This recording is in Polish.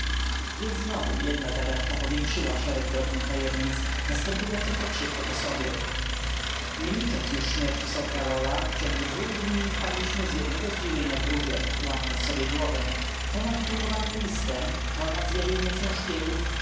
więc znowu jedna zagadka powiększyła szereg drobnych tajemnic następujących tak szybko po sobie nie licząc już śmierci sir karola w ciągu dwóch dni wpadaliśmy z jednego zdziwienia w drugie łamiąc sobie głowę to nad drukowanym listem to nad zjawieniem się szpiegów